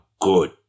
good